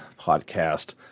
podcast